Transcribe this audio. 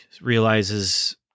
realizes